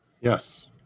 Yes